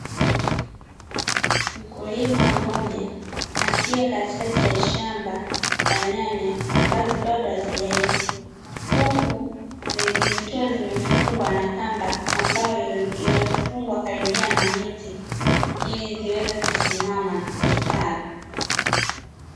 Mkulima mmoja akiwa katikati ya shamba la nyanya ambazo bado hazijaiva. Huku zikiwa zimefungwa na kamba ambayo imefungwa karibia na miti, ili ziweze kusimama na kustawi.